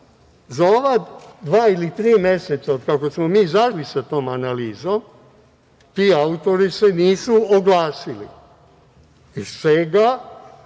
ova dva ili tri meseca, od kako smo izašli sa tom analizom, ti autori se nisu oglasili, iz čega